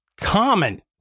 common